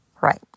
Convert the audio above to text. Right